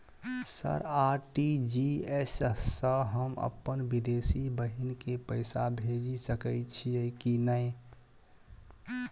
Sir RTGS सँ हम अप्पन विदेशी बहिन केँ पैसा भेजि सकै छियै की नै?